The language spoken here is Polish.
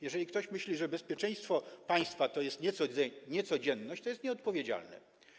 Jeżeli ktoś myśli, że bezpieczeństwo państwa to jest niecodzienność, to jest nieodpowiedzialny.